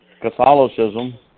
Catholicism